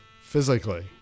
physically